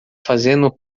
fazendo